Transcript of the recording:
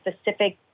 specific